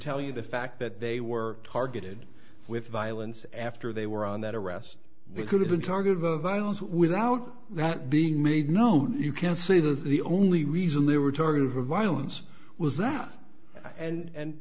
tell you the fact that they were targeted with violence after they were on that arrest we could have been targeted of violence without that being made known and you can see that the only reason they were targeted for violence was that and